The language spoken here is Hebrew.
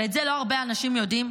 ואת זה לא הרבה אנשים יודעים,